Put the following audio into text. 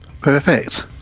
perfect